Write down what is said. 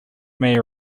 may